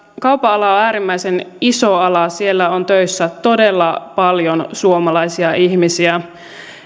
kaupan ala on äärimmäisen iso ala siellä on töissä todella paljon suomalaisia ihmisiä